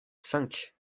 cinq